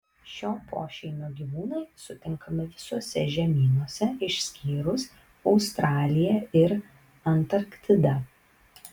šio pošeimio gyvūnai sutinkami visuose žemynuose išskyrus australiją ir antarktidą